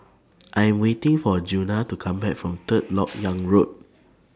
I Am waiting For Djuna to Come Back from Third Lok Yang Road